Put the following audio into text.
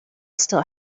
still